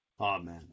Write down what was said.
amen